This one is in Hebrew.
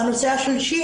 הנושא השלישי,